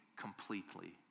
completely